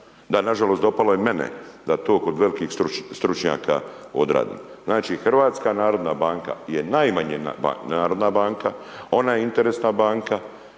nažalost, dopalo je mene da to kod velikih stručnjaka odradim. Znači, HNB je najmanje narodna banka, ona je interesna banka,